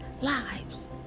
lives